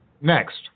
Next